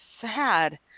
sad